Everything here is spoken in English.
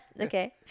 Okay